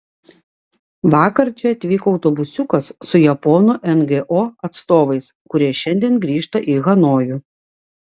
vakar čia atvyko autobusiukas su japonų ngo atstovais kurie šiandien grįžta į hanojų